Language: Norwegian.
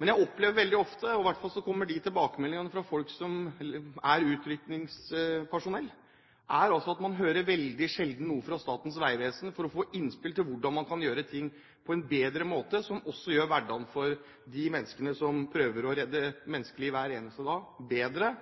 Men jeg opplever veldig ofte tilbakemeldinger fra utrykningspersonell, om at de veldig sjelden hører noe fra Statens vegvesen når det gjelder å få innspill til hvordan man kan gjøre ting på en bedre måte, som også gjør hverdagen for de menneskene som prøver å redde